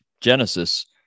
Genesis